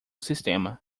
sistema